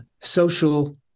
social